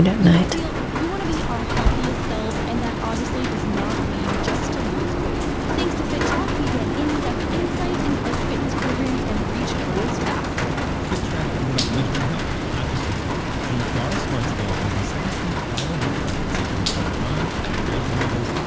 we wanna feel, we wanna be our healthiest selves, and that obviously does not mean just to lose weight, thanks to fittrack, we get in-depth insight into our fitness programs and reach goals faster. fittrack is about measuring health, not just weight, the dara smart scale measures seventeen vital health metrics, including bmi, um hydration levels,